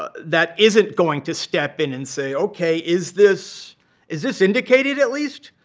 ah that isn't going to step in and say, ok, is this is this indicated at least?